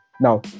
Now